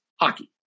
hockey